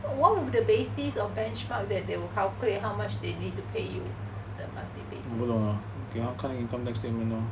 what is the basis or benchmark to calculate how much they need to pay you the monthly basis